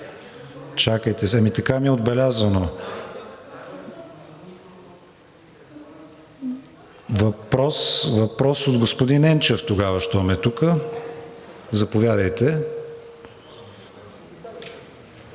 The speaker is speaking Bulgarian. Чакайте, така ми е отбелязано. Въпрос от господин Енчев тогава, щом е тук. Заповядайте.